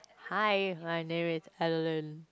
hi my name is Adeline